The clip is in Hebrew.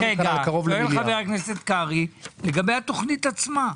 שואל חבר הכנסת קרעי לגבי התוכנית עצמה,